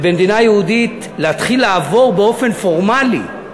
ובמדינה יהודית להתחיל לעבור באופן פורמלי,